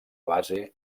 base